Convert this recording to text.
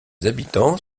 habitants